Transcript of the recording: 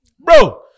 bro